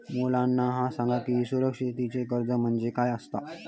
मुलांनो ह्या सांगा की असुरक्षित कर्ज म्हणजे काय आसता?